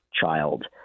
child